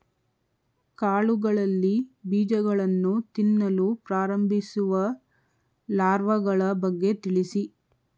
ಕಾಳುಗಳಲ್ಲಿ ಬೀಜಗಳನ್ನು ತಿನ್ನಲು ಪ್ರಾರಂಭಿಸುವ ಲಾರ್ವಗಳ ಬಗ್ಗೆ ತಿಳಿಸಿ?